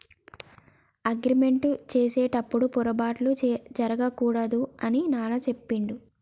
agreement చేసేటప్పుడు పొరపాట్లు జరగకూడదు అని నాన్న చెప్పిండు